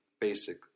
Basic